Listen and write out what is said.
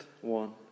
one